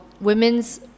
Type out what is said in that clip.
Women's